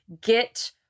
Get